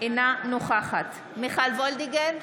אינה נוכחת מיכל וולדיגר,